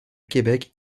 québec